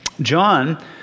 John